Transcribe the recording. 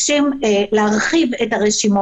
יש איזושהי עילה הוא צריך לפנות לבית המשפט